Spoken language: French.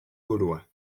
gaulois